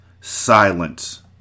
Silence